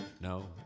No